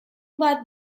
bat